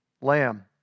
lamb